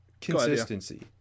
consistency